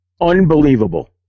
unbelievable